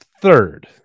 third